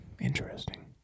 interesting